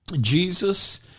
Jesus